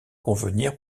convenir